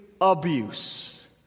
abuse